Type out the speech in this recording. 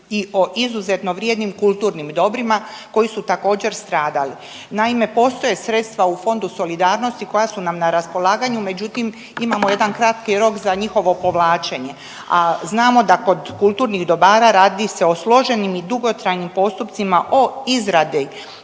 i o izuzetno vrijednim kulturnim dobrima koji su također stradali. Naime, postoje sredstva u Fondu solidarnosti koja su nam raspolaganju međutim imamo jedan kratki rok za njihovo povlačenje, a znamo da kod kulturnih dobara radi se o složenim i dugotrajnim postupcima od izrade